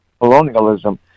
colonialism